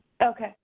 Okay